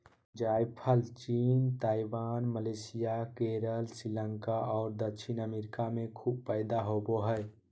जायफल चीन, Taiwan, Malaysia, Kerala, Sri Lanka और दक्षिणी अमेरिका में खूब पैदा होबो हइ